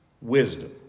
wisdom